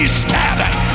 scattered